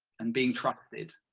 and being trusted.